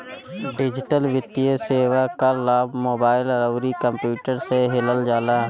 digital वित्तीय सेवा कअ लाभ मोबाइल अउरी कंप्यूटर से लिहल जाला